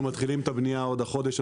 אנחנו מתחילים את הבנייה עוד החודש.